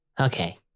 Okay